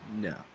No